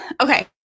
Okay